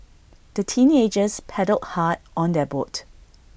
the teenagers paddled hard on their boat